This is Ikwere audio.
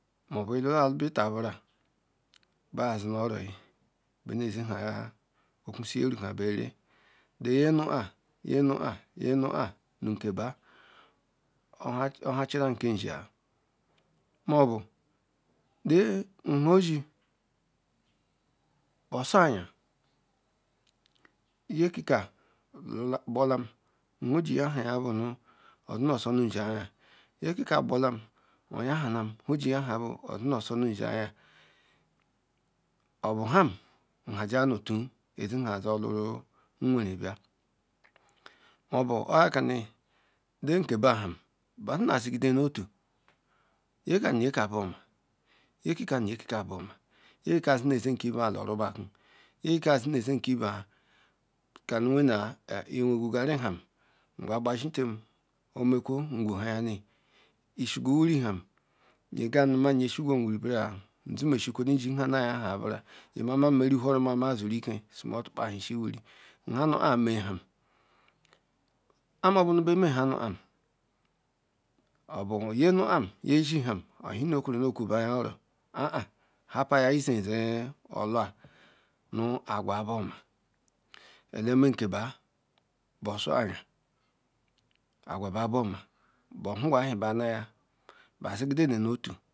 Mobu llara beta hore bazi nu oro nezie okwusi mepralka berare ile nyc ninhupon ah tup nach mi lezbage, oha chiva nu ah ke baga moby he nha zle osuaya mulez com gholam nha of nychaya bank ozinozany obu ham tha jiye nzia aya ho otu laury nwere be oka hi ndelkaba bezi na zigide no ofer nyzkan nu nyaleem bu oma nyzkues na ngakube broma nyelles zinu ze Ke ibair lora balawa nyckelka zareze kelbal Kamu vorgiou gaur, ham ngargbarzitam omekawo swetam isreg wiri lem nyegem nu shiegwom won ha nzim moshukwle nzim nha ne hi a ya nbura nyemema nrz rzharuma zwdce ke nra tukpa ahu shiewwri nha nu ah meaham amebo ba menha nuam oba nye nu ham nye ham oepnukwara kubaya oro ahah ha paya izeeze olua ogwabuoma elrmkebga barzaeya agwababuoma bohagalhie banuaga bazigidzne nu ofu.